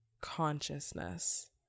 consciousness